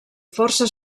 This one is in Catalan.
força